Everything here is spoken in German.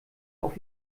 auf